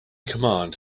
command